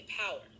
power